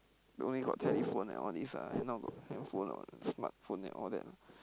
you only got telephone and all these lah then now got handphone or smartphone and all that